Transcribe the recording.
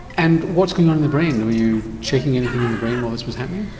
and what's going on in the brain, were you checking anything in the brain while this was happening?